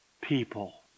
people